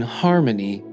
harmony